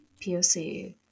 POC